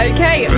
Okay